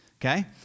okay